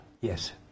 Yes